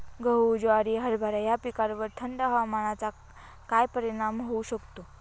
गहू, ज्वारी, हरभरा या पिकांवर थंड हवामानाचा काय परिणाम होऊ शकतो?